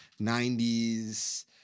90s